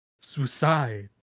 Suicide